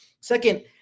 Second